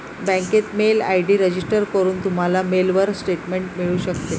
बँकेत mail ID register करून, तुम्हाला मेलवर स्टेटमेंट मिळू शकते